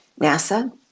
NASA